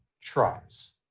Tries